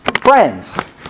friends